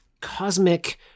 cosmic